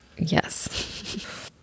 Yes